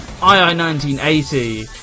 II1980